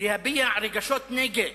להביע רגשות נגד.